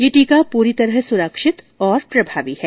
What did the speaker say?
यह टीका पूरी सुरक्षित और प्रभावी है